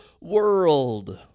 world